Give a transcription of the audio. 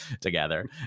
together